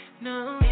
no